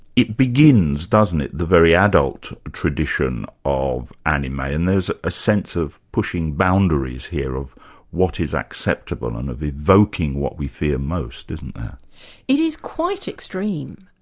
it begins, doesn't it, the very adult tradition of anime, and there's a sense of pushing boundaries here, of what is acceptable and of evoking what we fear most, isn't it. it is quite extreme.